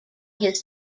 his